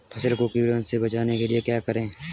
फसल को कीड़ों से बचाने के लिए क्या करें?